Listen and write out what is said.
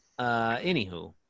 Anywho